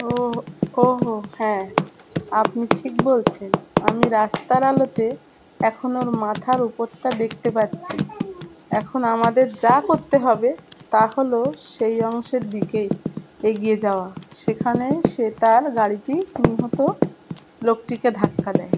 ও ওহো হ্যাঁ আপনি ঠিক বলছেন আমি রাস্তার আলোতে এখনোর মাথার উপরটা দেখতে পাচ্ছি এখন আমাদের যা করতে হবে তা হল সেই অংশের দিকে এগিয়ে যাওয়া সেখানে সে তার গাড়িটি নিহত লোকটিকে ধাক্কা দেয়